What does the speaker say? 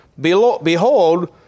Behold